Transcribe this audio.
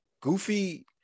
goofy